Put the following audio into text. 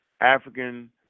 african